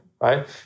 Right